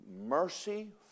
mercy